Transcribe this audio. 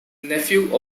nephew